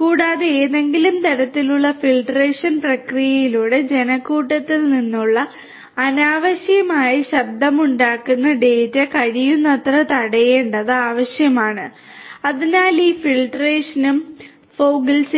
കൂടാതെ ഏതെങ്കിലും തരത്തിലുള്ള ഫിൽട്ടറേഷൻ പ്രക്രിയയിലൂടെ ജനക്കൂട്ടത്തിൽ നിന്നുള്ള അനാവശ്യമായ ശബ്ദമുണ്ടാക്കുന്ന ഡാറ്റ കഴിയുന്നത്ര തടയേണ്ടത് ആവശ്യമാണ് അതിനാൽ ഈ ഫിൽട്ടറേഷനും ഫോഗ്ൽ ചെയ്യാം